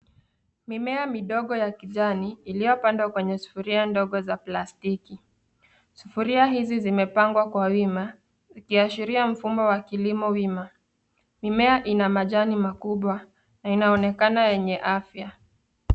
Mimea midogo ya kijani iliyopandwa kwenye sufuria ndogo za plastiki, sufuria hizi zimepangwa kwa wima ikiashiria mfumo wa kilimo wima. Mimea ina majani makubwa na inaonekana yenye afya.